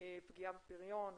פגיעה בפריון ועוד.